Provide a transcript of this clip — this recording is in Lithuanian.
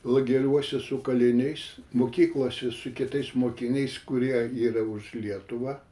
lageriuose su kaliniais mokyklose su kitais mokiniais kurie yra už lietuvą